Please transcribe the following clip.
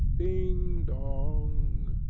ding, dong!